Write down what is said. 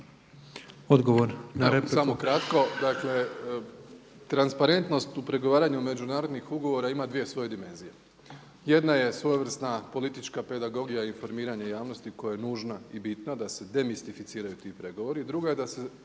Andrej (HDZ)** Samo kratko, dakle transparentnost u pregovaranju međunarodnih ugovora ima dvije svoje dimenzije. Jedna je svojevrsna politička pedagogija i formiranje javnosti koja je nužna i bitna da se demistificiraju ti pregovori. Drugo, je da se